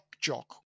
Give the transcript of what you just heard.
jock